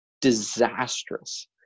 disastrous